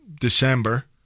December